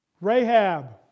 Rahab